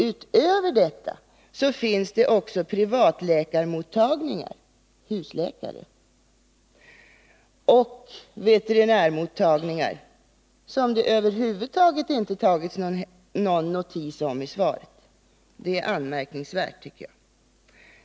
Utöver detta finns det också privatläkarmottagningar — husläkare — och veterinärmottagningar, som det över huvud taget inte tagits någon notis om i svaret. Det är anmärkningsvärt.